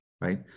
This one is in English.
right